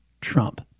Trump